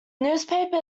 newspaper